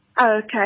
Okay